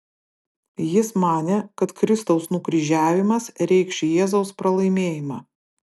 jis manė kad kristaus nukryžiavimas reikš jėzaus pralaimėjimą